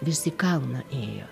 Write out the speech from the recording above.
vis į kalną ėjo